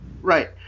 Right